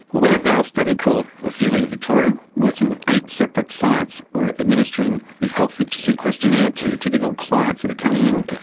we have our study called ophelia victoria working with eight separate sites. we are administering the health literacy questionnaire to typical clients that are coming in,